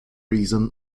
reason